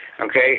okay